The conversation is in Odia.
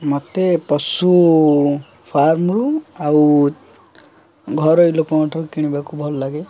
ମୋତେ ପଶୁ ଫାର୍ମରୁ ଆଉ ଘରୋଇ ଲୋକଙ୍କଠାରୁ କିଣିବାକୁ ଭଲ ଲାଗେ